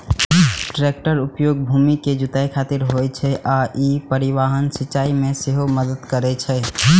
टैक्टरक उपयोग भूमि के जुताइ खातिर होइ छै आ ई परिवहन, सिंचाइ मे सेहो मदति करै छै